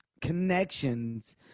connections